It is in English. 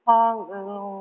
Hallelujah